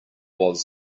was